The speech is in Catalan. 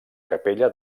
capella